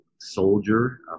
soldier